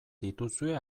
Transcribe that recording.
dituzue